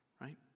right